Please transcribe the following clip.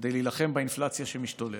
כדי להילחם באינפלציה שמשתוללת.